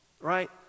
right